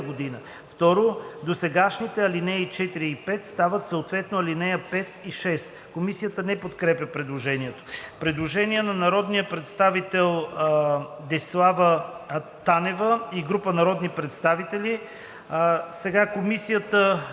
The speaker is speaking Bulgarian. г. 2. Досегашните ал. 4 и 5 стават съответно ал. 5 и 6.“ Комисията не подкрепя предложението. Предложение на народния представител Десислава Танева и група народни представители. Предложението